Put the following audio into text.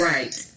Right